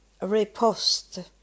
repost